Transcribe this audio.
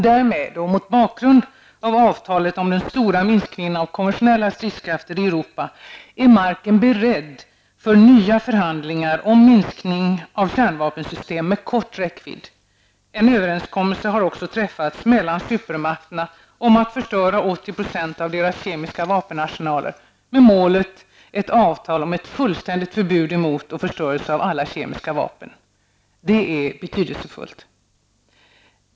Därmed och mot bakgrund av avtalet om den stora minskningen av konventionella stridskrafter i Europa är marken beredd för nya förhandlingar om minskning av kärnvapensystem med kort räckvidd. En överenskommelse har också träffats mellan supermakterna om att förstöra 80 % av deras kemiska vapenarsenaler med målet: Ett avtal om ett fullständigt förbud mot och förstörelse av alla kemiska vapen. Detta är betydelsefullt.